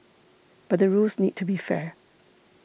but the rules need to be fair